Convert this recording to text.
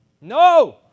No